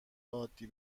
عادی